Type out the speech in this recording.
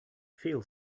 feel